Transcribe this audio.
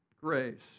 grace